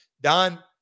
Don